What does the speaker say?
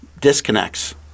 disconnects